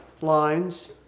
lines